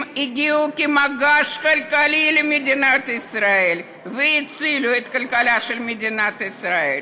הם הגיעו כמגש כלכלי למדינת ישראל והצילו את הכלכלה של מדינת ישראל.